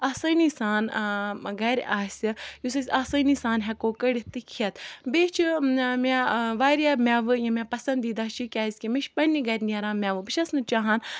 آسٲنی سان گَرِ آسہِ یُس اَسہِ آسٲنی سان ہیٚکو کٔڑِتھ تہٕ کھیٚتھ بیٚیہِ چھُ مےٚ واریاہ میٚوٕ یِم مےٚ پَسَندیٖدہ چھِ کیازکہِ مےٚ چھِ پَننہِ گَرِ نیران میٚوٕ بہٕ چھَس نہٕ چاہان